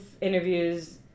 interviews